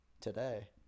today